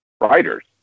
writers